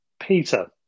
Peter